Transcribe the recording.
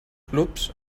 clubs